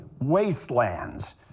wastelands